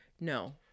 No